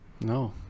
No